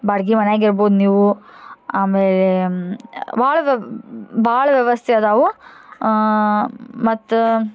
ಬಾಡ್ಗಿ ಮನ್ಯಾಗ ಇರ್ಬೊದು ನೀವು ಆಮೇಲೆ ಭಾಳ ವ್ಯವ್ ಭಾಳ ವ್ಯವಸ್ಥೆ ಅದಾವು ಮತ್ತು